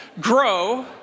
grow